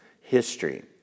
history